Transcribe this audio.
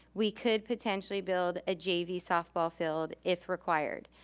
we could potentially build a jv softball field if required.